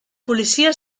policia